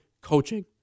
coaching